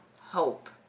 hope